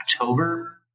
October